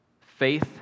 faith